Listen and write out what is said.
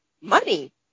money